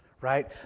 right